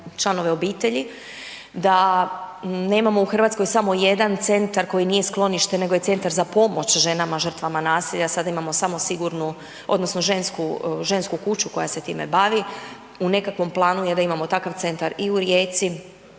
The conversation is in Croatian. članove obitelji. Da nemamo u Hrvatskoj samo jedan centar koji nije sklonište nego je centar za pomoć ženama žrtvama nasilja, sada imamo samo sigurnu odnosno žensku kuću koja se time bavi. U nekakvom planu je da imamo takav centar i u Rijeci